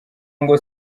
ngo